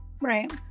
Right